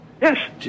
Yes